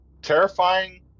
terrifying